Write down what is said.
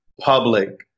Public